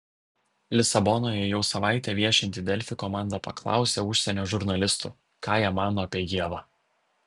lisabonoje jau savaitę viešinti delfi komanda paklausė užsienio žurnalistų ką jie mano apie ievą